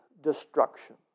destruction